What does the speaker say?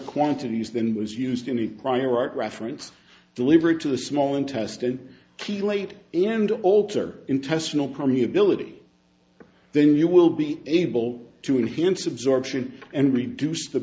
quantities than was used in prior art reference delivered to the small intestine key late and alter intestinal cami ability then you will be able to enhance absorption and reduce the